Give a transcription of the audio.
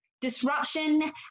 Disruption